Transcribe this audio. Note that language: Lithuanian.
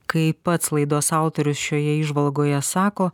kaip pats laidos autorius šioje įžvalgoje sako